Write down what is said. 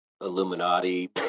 Illuminati